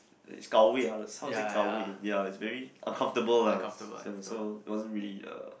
it's gao wei how to how to say gao wei ya it's very uncomfortable lah so it wasn't really a